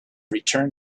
return